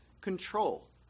control